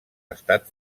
estat